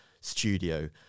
studio